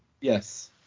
yes